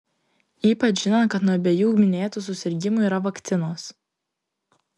ypač žinant kad nuo abiejų minėtų susirgimų yra vakcinos